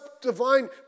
divine